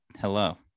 hello